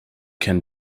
can